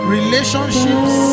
Relationships